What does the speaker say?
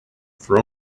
for